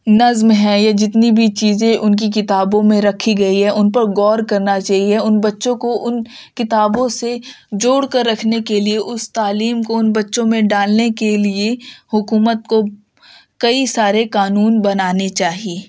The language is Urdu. نظم ہے یا جتنی بھی چیزیں ان کی کتابوں میں رکھی گئی ہے ان پہ غور کرنا چاہیے ان بچوں کو ان کتابوں سے جوڑ کر رکھنے کے لیے اس تعلیم کو ان بچوں میں ڈالنے کے لیے حکومت کو کئی سارے قانون بنانے چاہیے